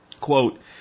Quote